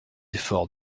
efforts